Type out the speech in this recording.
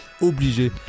obligé